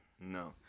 No